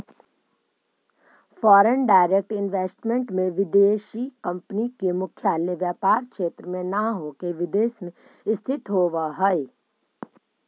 foreign direct investment में विदेशी company के मुख्यालय व्यापार क्षेत्र में न होके विदेश में स्थित होवऽ हई